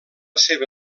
seva